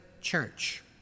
church